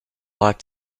like